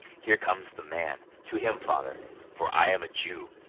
here comes the man to him, father for i am a jew,